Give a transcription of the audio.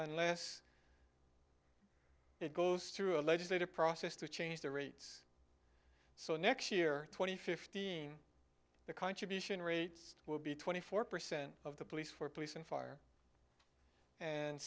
unless it goes through a legislative process to change the rates so next year two thousand and fifteen the contribution rate will be twenty four percent of the police for police and fire and